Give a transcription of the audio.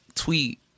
Tweet